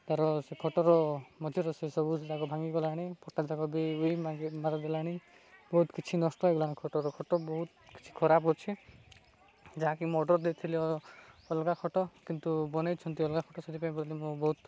ତା'ର ସେ ଖଟର ମଝିରେ ସେ ସବୁଯାକ ଭାଙ୍ଗିଗଲାଣି ପଟାଯାକ ବି ଊଇ ମାରିଦେଲାଣି ବହୁତ କିଛି ନଷ୍ଟ ହୋଇଗଲାଣି ଖଟର ଖଟ ବହୁତ କିଛି ଖରାପ ଅଛି ଯାହାକି ମୁଁ ଅର୍ଡ଼ର୍ ଦେଇଥିଲି ଅଲଗା ଖଟ କିନ୍ତୁ ବନେଇଛନ୍ତି ଅଲଗା ଖଟ ସେଥିପାଇଁ ବୋଲି ମୋ ବହୁତ